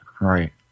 right